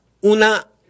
una